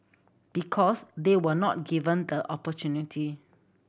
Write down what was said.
because they were not given the opportunity